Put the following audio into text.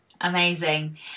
amazing